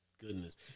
Goodness